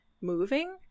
moving